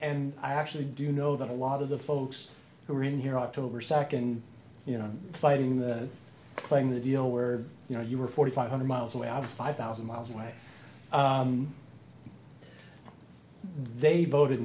and i actually do know that a lot of the folks who were in here october second you know fighting the playing the deal where you know you were forty five hundred miles away i was five thousand miles away they voted